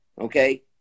okay